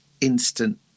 instant